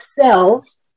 cells